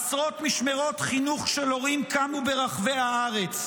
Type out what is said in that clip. עשרות משמרות חינוך של הורים קמו ברחבי הארץ,